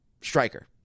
striker